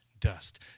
dust